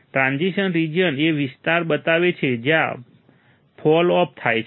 transition region તે વિસ્તાર બતાવે છે જ્યાં ફૉલ ઓફ થાય છે